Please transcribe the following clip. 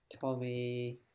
Tommy